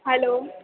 hello